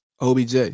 OBJ